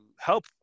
help